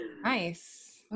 Nice